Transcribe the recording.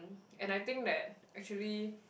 and I think that actually